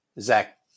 Zach